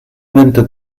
vingt